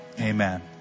amen